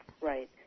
Right